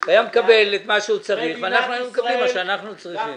הוא היה מקבל את מה שהוא צריך ואנחנו היינו מקבלים את מה שאנחנו צריכים.